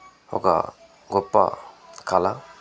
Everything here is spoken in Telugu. ఒక గొప్ప కళ